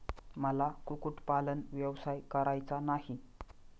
मला कुक्कुटपालन व्यवसाय करायचा नाही